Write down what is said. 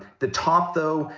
the top, though,